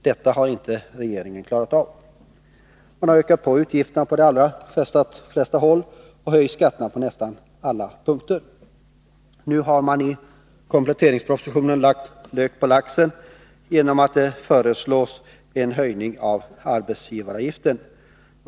Detta har regeringen inte klarat av. Man har ökat utgifterna på de flesta håll och höjt skatterna på nästan alla punkter. Nu har man i kompletteringspropositionen lagt lök på laxen genom att föreslå en höjning av arbetsgivaravgiften.